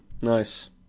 nice